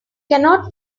cannot